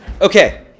Okay